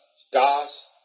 stars